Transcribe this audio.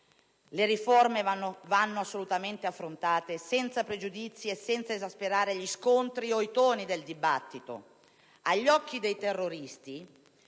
Le riforme vanno assolutamente affrontate senza pregiudizi e senza esasperare gli scontri o i toni del dibattito. Agli occhi dei terroristi,